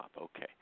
Okay